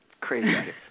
Crazy